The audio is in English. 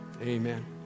Amen